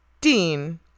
Dean